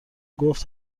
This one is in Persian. گفت